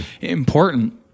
important